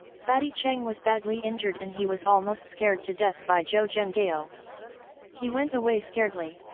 fatty cheng was badly injured and he was almost scared to death by zhou zhenghao. he went away scaredly.